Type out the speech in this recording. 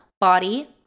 body